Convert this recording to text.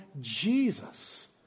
Jesus